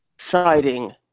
siding